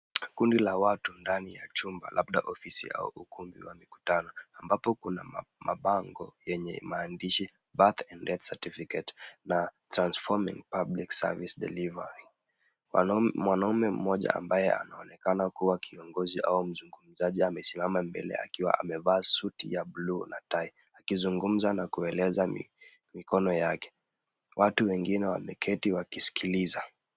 Kundi la watu ndani ya chumba labda ofisi au ukumbi wa mikutano, ambapo kuna mabango yenye maandishi Bath and Death Certificate na Transforming Public Service Delivery . Mwanaume mmoja ambaye anaonekana kuwa kiongozi au mzungumzaji, amesimama mbele akiwa amevaa suti ya bluu na tai. Akizungumza na kueleza mikono yake, watu wengine wameketi wakisikiliza.